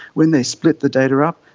when they split the data up,